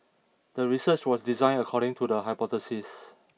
the research was designed according to the hypothesis